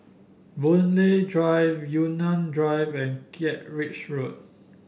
Boon Lay Drive Yunnan Drive and Kent Ridge Road